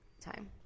time